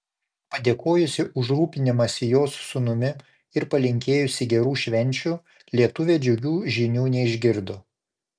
padėkojusi už rūpinimąsi jos sūnumi ir palinkėjusi gerų švenčių lietuvė džiugių žinių neišgirdo